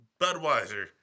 Budweiser